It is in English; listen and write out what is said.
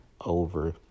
over